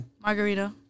Margarita